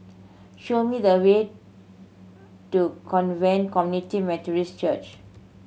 show me the way to Convent Community Methodist Church